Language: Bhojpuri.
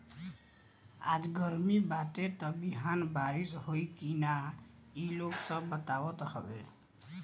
आज गरमी बाटे त बिहान बारिश होई की ना इ लोग सब बतावत हवे